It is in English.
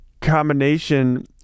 combination